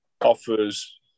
offers